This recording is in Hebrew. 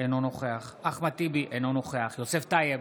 אינו נוכח אחמד טיבי, אינו נוכח יוסף טייב,